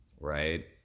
right